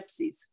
gypsies